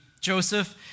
Joseph